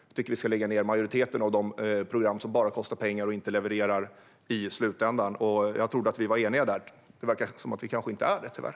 Jag tycker att vi ska lägga ned majoriteten av de program som bara kostar pengar och inte levererar i slutändan. Jag trodde att vi var eniga där, men det verkar som om vi kanske inte är det, tyvärr.